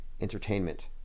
entertainment